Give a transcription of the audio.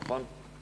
נכון?